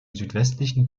südwestlichen